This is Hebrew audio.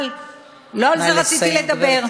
אבל לא על זה רציתי לדבר.